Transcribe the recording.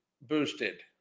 boosted